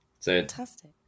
fantastic